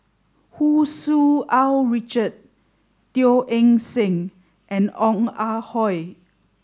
Hu Tsu Tau Richard Teo Eng Seng and Ong Ah Hoi